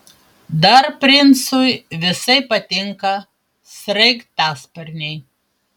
dar princui visai patinka sraigtasparniai